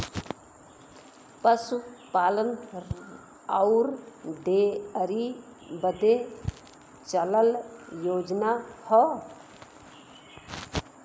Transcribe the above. पसूपालन अउर डेअरी बदे चलल योजना हौ